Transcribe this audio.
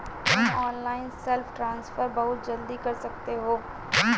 तुम online self transfer बहुत जल्दी कर सकते हो